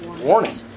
warning